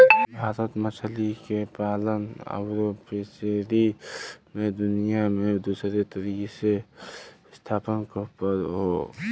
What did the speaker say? भारत मछली के पालन आउर फ़िशरी मे दुनिया मे दूसरे तीसरे स्थान पर हौ